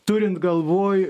turint galvoj